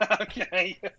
Okay